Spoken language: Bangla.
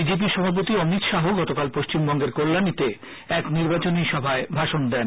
বিজেপি সভাপতি অমিত শাহ গতকাল পশ্চিমবঙ্গের কল্যাণীতে এক নির্বাচনী সভায় ভাষণ দেন